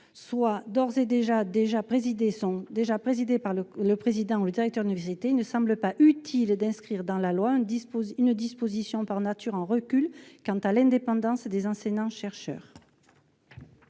sont d'ores et déjà présidés par le président ou le directeur de l'université. Il ne semble pas utile d'inscrire dans la loi une disposition qui, par nature, marque un recul pour l'indépendance des enseignants-chercheurs.